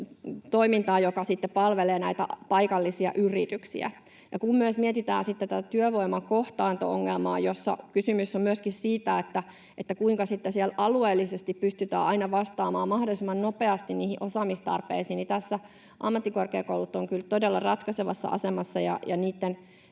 toimintaa, joka sitten palvelee näitä paikallisia yrityksiä. Kun myös mietitään sitten tätä työvoiman kohtaanto-ongelmaa, jossa kysymys on myöskin siitä, kuinka siellä alueellisesti pystytään aina vastaamaan mahdollisimman nopeasti niihin osaamistarpeisiin, niin tässä ammattikorkeakoulut ovat kyllä todella ratkaisevassa asemassa, ja niitten